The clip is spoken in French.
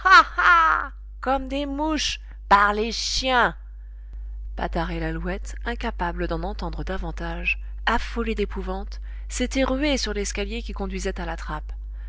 comme des mouches par les chiens patard et lalouette incapables d'en entendre davantage affolés d'épouvante s'étaient rués sur l'escalier qui conduisait à la trappe